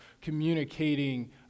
communicating